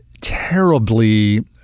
terribly